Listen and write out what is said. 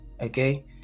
Okay